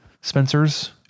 Spencer's